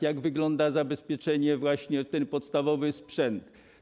Jak wygląda zaopatrzenie właśnie w ten podstawowy sprzęt?